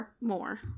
More